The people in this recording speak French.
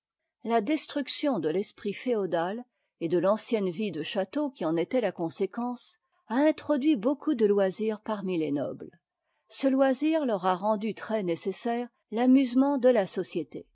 la destruction de l'esprit féodal et de l'ancienne vie de château qui en était la conséquence a introduit beaucoup de loisir parmi les nobles ce loisir leur a rendu très nécessaire l'amusement de la société